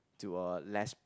to a less